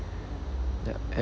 the uh